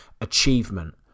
achievement